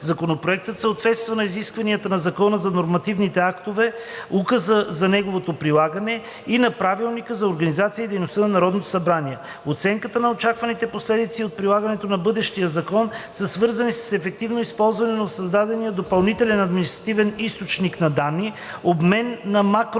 Законопроектът съответства на изискванията на Закона за нормативните актове, указа за неговото прилагане и на Правилника за организацията и дейността на Народното събрание. Оценката на очакваните последици от прилагането на бъдещия закон са свързани с ефективното използване на новосъздадения допълнителен административен източник на данни – обмен на микроданни за